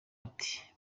ati